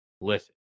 Listen